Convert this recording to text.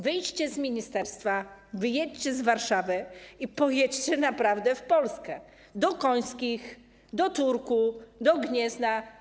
Wyjdźcie z ministerstwa, wyjedźcie z Warszawy i pojedźcie naprawdę w Polskę: do Końskich, do Turku, do Gniezna.